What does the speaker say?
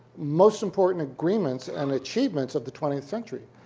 most important agreements and achievements of the twentieth century.